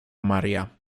maria